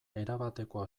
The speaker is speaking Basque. erabatekoa